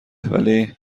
ولی